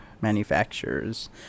manufacturers